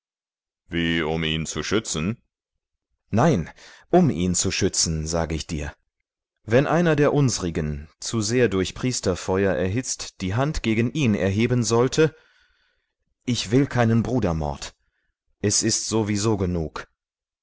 wie um ihn zu schützen nein um ihn zu schützen sage ich dir wenn einer der unsrigen zu sehr durch priesterfeuer erhitzt die hand gegen ihn erheben sollte ich will keinen brudermord es ist so wie so genug